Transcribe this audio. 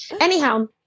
Anyhow